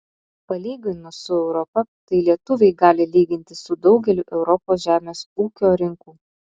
palyginus su europa tai lietuviai gali lygintis su daugeliu europos žemės ūkio rinkų